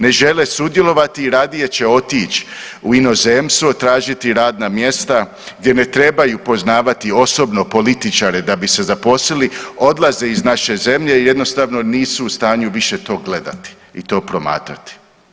Ne žele sudjelovati i radije će otić u inozemstvo i tražiti radna mjesta gdje ne trebaju poznavati osobno političare da bi se zaposlili, odlaze iz naše zemlje i jednostavno nisu u stanju više to gledati i to promatrati.